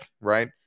right